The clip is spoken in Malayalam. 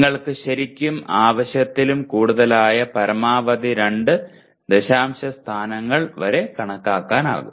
നിങ്ങൾക്ക് ശരിക്കും ആവശ്യത്തിലും കൂടുതലായ പരമാവധി 2 ദശാംശസ്ഥാനങ്ങൾ വരെ കാണിക്കാനാകും